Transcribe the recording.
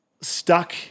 stuck